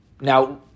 Now